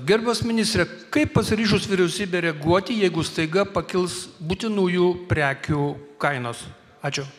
gerbiamas ministre kaip pasiryžus vyriausybė reaguoti jeigu staiga pakils būtinųjų prekių kainos ačiū